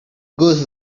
goes